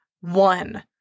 one